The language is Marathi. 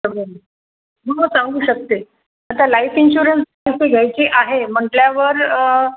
हो सांगू शकते आता लाईफ इन्शुरन्स कसे घ्यायची आहे म्हटल्यावर